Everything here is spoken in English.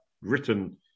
written